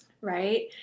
Right